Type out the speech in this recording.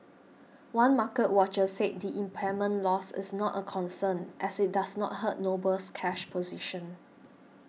one market watcher said the impairment loss is not a concern as it does not hurt Noble's cash position